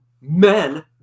Men